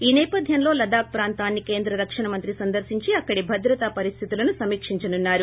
ఈ సేపథ్యంలో లద్దాఖ్ ప్రాతాన్ని కేంద్ర రక్షణమంత్రి సందర్పించి అక్కడి భద్రతా పరిస్థితులను సమీక్షించనున్నారు